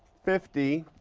fifty,